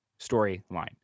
storyline